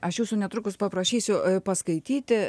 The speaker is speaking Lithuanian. aš jūsų netrukus paprašysiu paskaityti